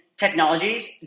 technologies